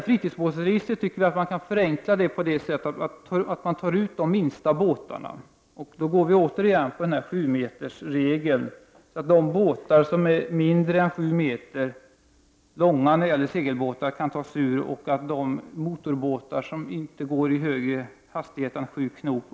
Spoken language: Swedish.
Fritidsbåtsregistret tycker vi kan förenklas på det sättet att man tar ur de minsta båtarna, och då sätter vi återigen gränsen vid segelbåtar som är kortare än sju meter och motorbåtar som inte går i högre hastighet än sju knop.